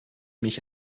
mich